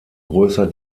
größer